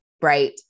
Right